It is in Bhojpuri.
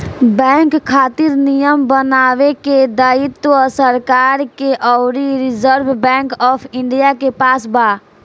बैंक खातिर नियम बनावे के दायित्व सरकार के अउरी रिजर्व बैंक ऑफ इंडिया के पास बा